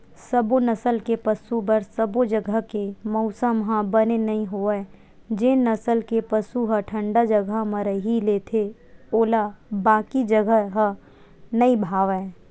सबो नसल के पसु बर सबो जघा के मउसम ह बने नइ होवय जेन नसल के पसु ह ठंडा जघा म रही लेथे ओला बाकी जघा ह नइ भावय